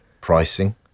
pricing